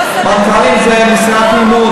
לא מנכ"לים, לא, מנכ"לים זה משרת אמון.